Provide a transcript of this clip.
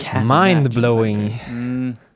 mind-blowing